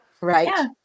Right